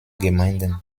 gemeinden